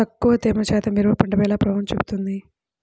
తక్కువ తేమ శాతం మిరప పంటపై ఎలా ప్రభావం చూపిస్తుంది?